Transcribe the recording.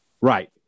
Right